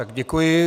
Děkuji.